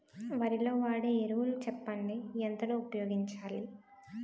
వరిలో వాడే ఎరువులు చెప్పండి? ఎంత లో ఉపయోగించాలీ?